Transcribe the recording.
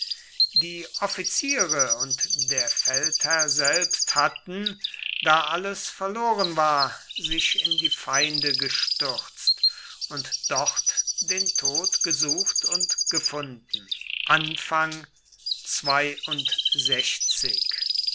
die offiziere und der feldherr selbst hatten da alles verloren war sich in die feinde gestürzt und dort den tod gesucht und gefunden